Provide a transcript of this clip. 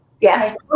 yes